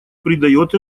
придает